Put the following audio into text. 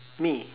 me